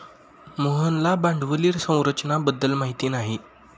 मोहनला भांडवली संरचना बद्दल माहिती नाही